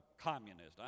Communist